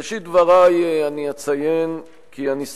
בראשית דברי אני אציין כי אני סבור,